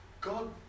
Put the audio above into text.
God